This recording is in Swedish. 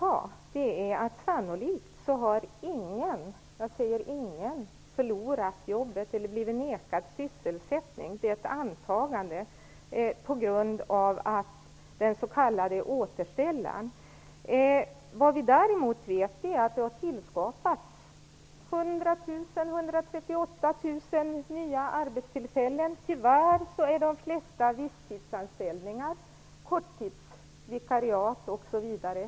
Sannolikt har ingen förlorat jobbet eller blivit nekad sysselsättning på grund av den s.k. återställaren. Det är ett antagande. Vad vi däremot vet är att det har tillskapats 100 000-138 000 nya arbetstillfällen. Tyvärr är de flesta visstidsanställningar, korttidsvikariat osv.